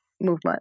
movement